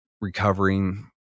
recovering